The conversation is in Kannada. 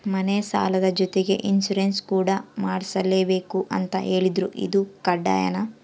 ಮನೆ ಸಾಲದ ಜೊತೆಗೆ ಇನ್ಸುರೆನ್ಸ್ ಕೂಡ ಮಾಡ್ಸಲೇಬೇಕು ಅಂತ ಹೇಳಿದ್ರು ಇದು ಕಡ್ಡಾಯನಾ?